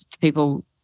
people